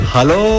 Hello